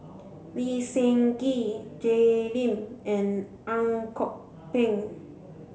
Lee Seng Gee Jay Lim and Ang Kok Peng